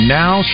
now